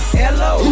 hello